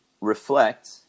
reflect